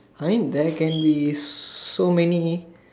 I there can be so many